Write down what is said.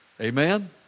Amen